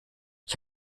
ich